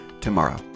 tomorrow